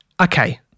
Okay